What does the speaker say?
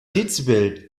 dezibel